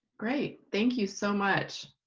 great, thank you so much.